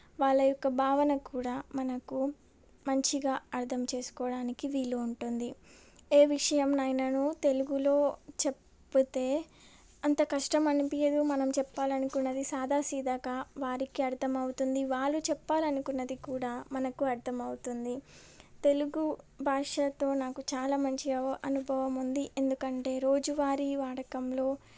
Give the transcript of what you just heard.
వాళ్ళ యొక్క భావన కూడా మనకు మంచిగా అర్థం చేసుకోవడానికి వీలు ఉంటుంది ఏ విషయంనైనను తెలుగులో చెబితే అంత కష్టం అనిపించదు మనం చెప్పాలని అనుకున్నది సాదాసీదాక వారికి అర్థం అవుతుంది వాళ్ళు చెప్పాలని అనుకున్నది కూడా మనకు అర్థం అవుతుంది తెలుగు భాషతో నాకు చాలా మంచిగా అనుభవం ఉంది ఎందుకంటే రోజువారి వాడకంలో